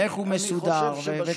ואיך הוא מסודר וכן הלאה.